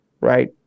right